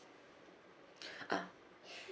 ah